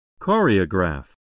Choreograph